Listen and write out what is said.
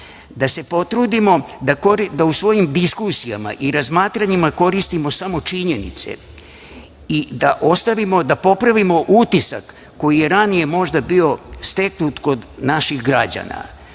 da se potrudimo da u svojim diskusijama i razmatranjima koristimo samo činjenice i da popravimo utisak koji je ranije možda bio steknut kod naših građana.